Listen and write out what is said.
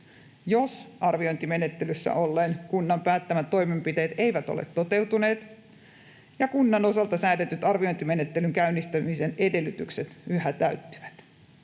jos arviointimenettelyssä olleen kunnan päättämät toimenpiteet eivät ole toteutuneet ja kunnan osalta säädetyt arviointimenettelyn käynnistämisen edellytykset yhä täyttyvät.